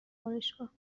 آرایشگاه